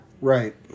Right